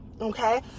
okay